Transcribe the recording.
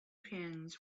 pins